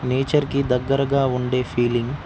నేచర్కి దగ్గరగా ఉండే ఫీలింగ్